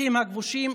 בשטחים הכבושים,